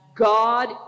God